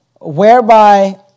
whereby